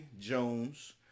Jones